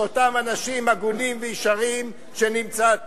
מאותם אנשים הגונים וישרים שנמצאים פה,